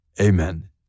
Amen